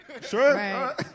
Sure